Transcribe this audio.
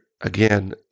again